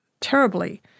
terribly